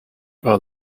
are